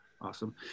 awesome